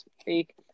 speak